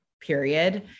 period